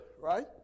right